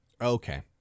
Okay